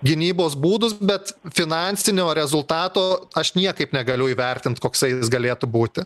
gynybos būdus bet finansinio rezultato aš niekaip negaliu įvertint koksai jis galėtų būti